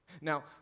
Now